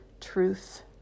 truth